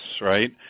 right